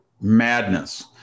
madness